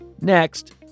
Next